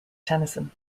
tennyson